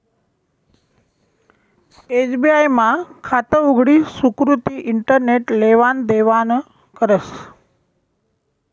SBI मा खातं उघडी सुकृती इंटरनेट लेवान देवानं करस